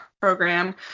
program